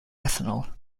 ethanol